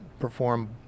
perform